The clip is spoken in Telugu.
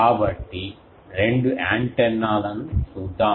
కాబట్టి రెండు యాంటెన్నాలను చూద్దాం